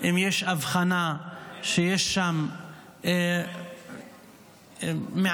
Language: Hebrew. אם יש אבחנה שיש שם --- היום אין מצלמות?